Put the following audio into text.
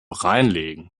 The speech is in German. reinlegen